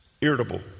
irritable